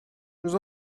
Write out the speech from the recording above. nous